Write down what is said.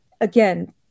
again